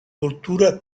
cultura